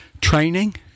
training